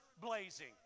blazing